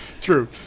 true